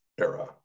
era